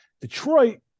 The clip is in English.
Detroit